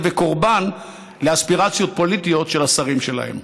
וקורבן לאספירציות פוליטיות של השרים שלהם.